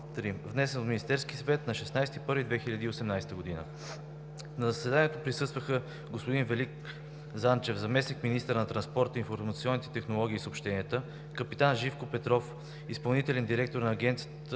внесен от Министерския съвет на 16 януари 2018 г. На заседанието присъстваха: господин Велик Занчев – заместник-министър на транспорта, информационните технологии и съобщенията, капитан Живко Петров – изпълнителен директор на